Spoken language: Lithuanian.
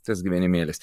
tas gyvenimėlis